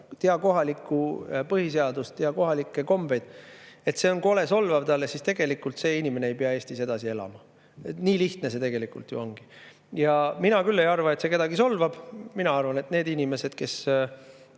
tea kohalikku põhiseadust, tea kohalikke kombeid –, see on kole solvav talle, siis tegelikult see inimene ei pea Eestis edasi elama. Nii lihtne see tegelikult ju ongi. Ja mina küll ei arva, et see kedagi solvab. Mina arvan, et need inimesed, kes